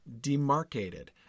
demarcated